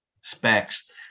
specs